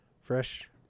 fresh